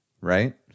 right